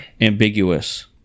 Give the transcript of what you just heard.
ambiguous